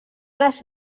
les